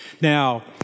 Now